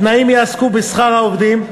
התנאים יעסקו בשכר העובדים,